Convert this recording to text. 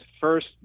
first